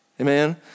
Amen